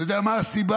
אתה יודע מה הסיבה,